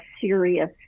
serious